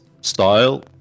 style